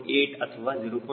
8 ಅಥವಾ 0